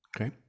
Okay